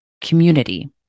community